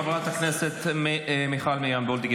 חברת הכנסת מיכל מרים וולדיגר,